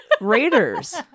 raiders